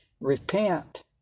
repent